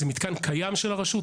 זה מתקן קיים של הרשות.